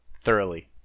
Thoroughly